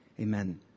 Amen